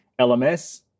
LMS